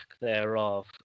thereof